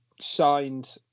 signed